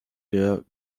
der